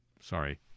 sorry